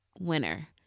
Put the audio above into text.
winner